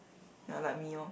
ya like me lor